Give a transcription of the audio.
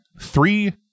three